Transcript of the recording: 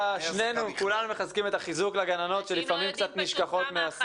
כולנו מחזקים את החיזוק לגננות שלפעמים קצת נשכחות.